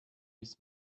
his